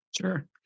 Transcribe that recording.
Sure